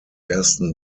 ersten